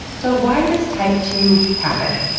so why does type two happen?